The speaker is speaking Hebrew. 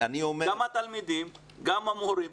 גם התלמידים וגם המורים.